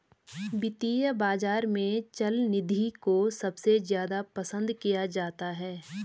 वित्तीय बाजार में चल निधि को सबसे ज्यादा पसन्द किया जाता है